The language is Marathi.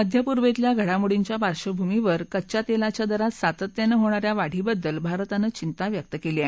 मध्यपूर्वेतल्या घडामोडींच्या पार्डभूमीवर कच्च्या तेलाच्या दरात सातत्यानं होणा या वाढीबद्दल भारतानं चिंता व्यक्त केली आहे